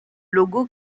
logo